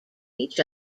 each